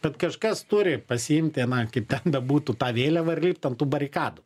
bet kažkas turi pasiimti na kaip ten bebūtų tą vėliavą ir lipt ant tų barikadų